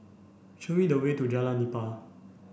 show me the way to Jalan Nipah